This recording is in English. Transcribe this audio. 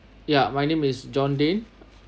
yeah my name is john dane